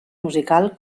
musical